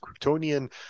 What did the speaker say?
Kryptonian